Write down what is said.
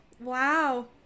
Wow